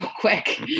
quick